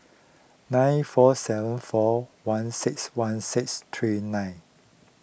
nine four seven four one six one six three nine